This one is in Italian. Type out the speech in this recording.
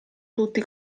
tutti